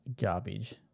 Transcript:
garbage